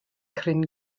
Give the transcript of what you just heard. cryn